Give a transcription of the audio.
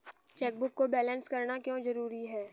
Chequebook को balance करना क्यों जरूरी है?